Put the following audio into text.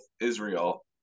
Israel